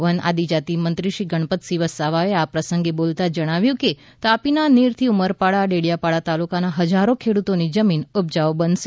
one આદિજાતી મંત્રી શ્રી ગણપતસિંહ વસાવાએ આ પ્રસંગે બોલતા જણાવ્યું કે તાપીના નીરથી ઉમરપાડા ડેડીયાપાડા તાલુકાના હજારો ખેડૂતોની જમીન ઉપજાઉ બનશે